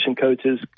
coaches